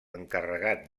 encarregat